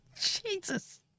Jesus